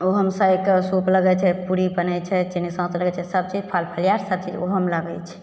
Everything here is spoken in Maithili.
ओहोमे चारिटा सूप लगय छै पूड़ी बनय छै चीनी सौंस लगय छै सबचीज फल फलियार सबचीज ओहोमे लगय छै